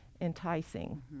enticing